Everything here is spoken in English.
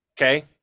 Okay